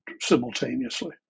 simultaneously